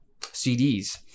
CDs